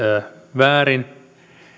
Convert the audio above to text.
väärin